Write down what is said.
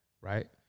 right